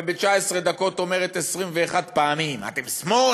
וב-19 דקות אומרת 21 פעמים: אתם שמאל,